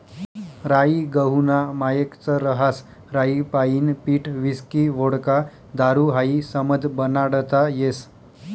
राई गहूना मायेकच रहास राईपाईन पीठ व्हिस्की व्होडका दारू हायी समधं बनाडता येस